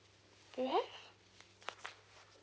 you have